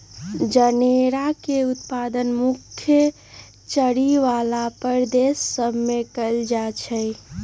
जनेरा के उत्पादन मुख्य चरी बला प्रदेश सभ में कएल जाइ छइ